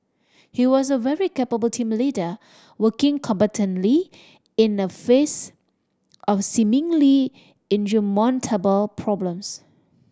he was a very capable team leader working competently in the face of seemingly insurmountable problems